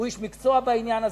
הוא איש מקצוע בעניין הזה,